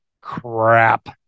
Crap